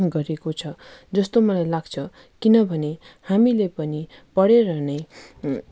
गरेको छ जस्तो मलाई लाग्छ किनभने हामीले पनि पढेर नै